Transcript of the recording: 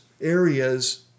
areas